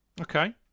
Okay